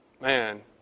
Man